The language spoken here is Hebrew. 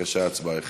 בבקשה, ההצבעה החלה.